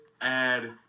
add